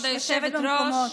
לשבת במקומות.